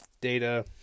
data